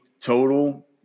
total